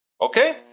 Okay